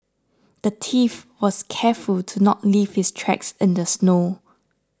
the thief was careful to not leave his tracks in the snow